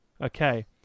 Okay